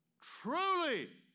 Truly